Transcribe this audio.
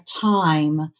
time